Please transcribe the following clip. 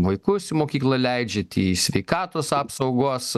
vaikus į mokyklą leidžiat į sveikatos apsaugos